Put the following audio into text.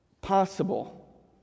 possible